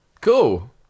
Cool